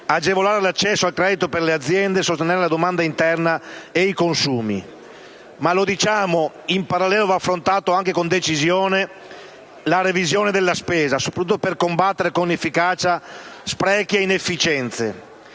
agevolare l'accesso al credito per le aziende; sostenere la domanda interna e i consumi. In parallelo, però, va affrontata con decisione la revisione della spesa, soprattutto per combattere con efficacia sprechi e inefficienze.